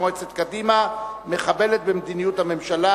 מועצת קדימה חיים רמון מחבלת במדיניות הממשלה,